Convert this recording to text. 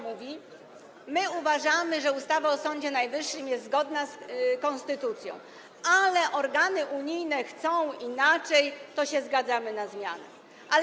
Mówi: My uważamy, że ustawa o Sądzie Najwyższym jest zgodna z konstytucją, ale organy unijne chcą inaczej, to się zgadzamy na zmiany.